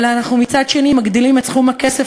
אבל אנחנו מצד שני מגדילים את סכום הכסף